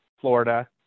Florida